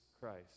Christ